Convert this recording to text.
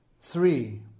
Three